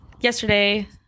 yesterday